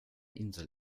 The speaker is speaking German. insel